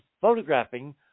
photographing